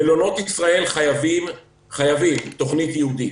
מלונות ישראל חייבים תוכנית ייעודית.